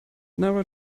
nara